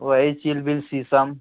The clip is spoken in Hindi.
वही चिलबिल शीशम